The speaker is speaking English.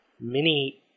mini